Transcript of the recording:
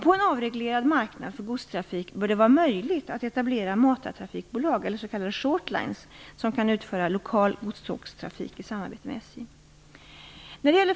På en avreglerad marknad för godstrafik bör det vara möjligt att etablera matartrafikbolag eller s.k. shortlines som kan utföra lokal godstågstrafik i samarbete med SJ.